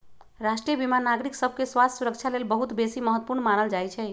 राष्ट्रीय बीमा नागरिक सभके स्वास्थ्य सुरक्षा लेल बहुत बेशी महत्वपूर्ण मानल जाइ छइ